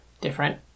different